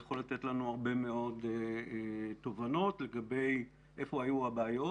יכול לתת לנו הרבה מאוד תובנות לגבי היכן היו הבעיות